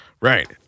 Right